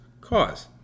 cause